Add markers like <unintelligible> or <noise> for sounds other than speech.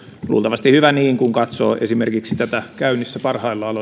luultavasti hyvä niin kun katsoo esimerkiksi tätä parhaillaan <unintelligible>